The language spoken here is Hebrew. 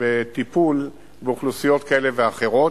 בטיפול באוכלוסיות כאלה ואחרות,